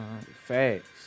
Facts